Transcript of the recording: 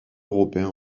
européens